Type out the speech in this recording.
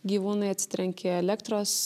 gyvūnai atsitrenkė į elektros